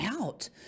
out